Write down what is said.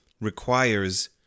requires